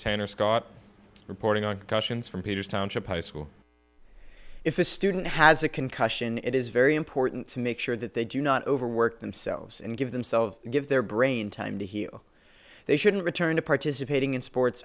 scott reporting on cautions from peters township high school if a student has a concussion it is very important to make sure that they do not overwork themselves and give themselves give their brain time to heal they shouldn't return to participating in sports